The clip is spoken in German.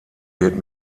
wird